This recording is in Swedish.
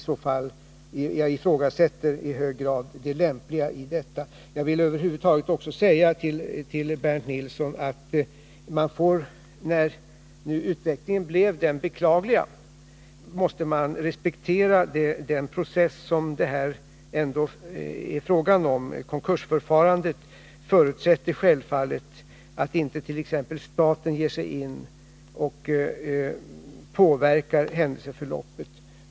Jag ifrågasätter i hög grad det lämpliga i detta. Över huvud taget vill jag också säga till Bernt Om sysselsättning Nilsson att man måste, när nu utvecklingen blev den beklagliga, respektera en vid Kalmar den process som det här är fråga om. Konkursförfarandet förutsätter Varv AB självfallet att intet.ex. staten ger sig in och påverkar händelseförloppet.